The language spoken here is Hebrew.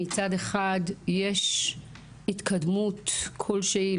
מצד אחד יש התקדמות כלשהי,